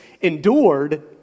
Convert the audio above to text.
endured